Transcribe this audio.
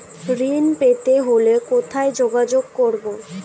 ঋণ পেতে হলে কোথায় যোগাযোগ করব?